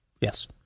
yes